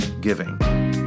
giving